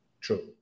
True